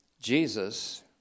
Jesus